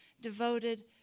devoted